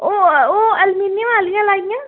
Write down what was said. ओह् ओह् एल्मीनियम आह्लियां लाइयां